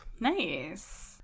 Nice